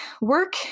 work